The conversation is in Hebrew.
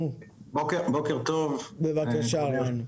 בבקשה.